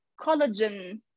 collagen